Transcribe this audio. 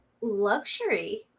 luxury